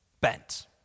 bent